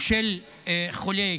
של חולה,